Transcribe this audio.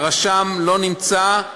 הרשם לא נמצא,